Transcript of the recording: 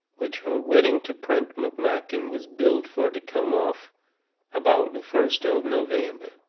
which her wedding to prent mcmakin was billed fur to come off about the first of november,